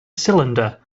cylinder